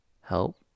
help